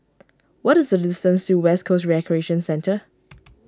what is the distance to West Coast Recreation Centre